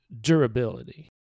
durability